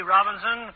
Robinson